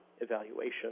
evaluation